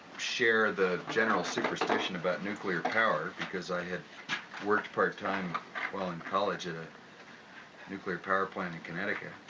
share the general superstition about nuclear power because i had worked part-time while in college at a nuclear power plant in connecticut.